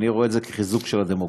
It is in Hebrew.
אני רואה את זה כחיזוק של הדמוקרטיה,